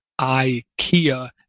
ikea